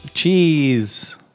Cheese